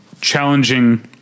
challenging